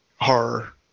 horror